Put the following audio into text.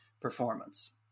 performance